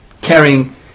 carrying